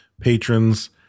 patrons